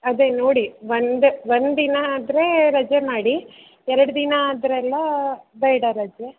ಅದೇ ನೋಡಿ ಒಂದು ಒಂದಿನ ಆದರೆ ರಜೆ ಮಾಡಿ ಎರಡು ದಿನ ಆದರೆಲ್ಲ ಬೇಡ ರಜೆ